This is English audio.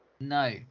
No